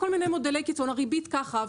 כל מיני מודלי קיצון: שהריבית היא כך וכך,